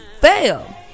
fail